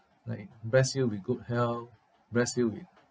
like bless you with good health bless you with